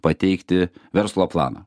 pateikti verslo planą